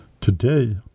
today